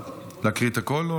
להקריא את הכול?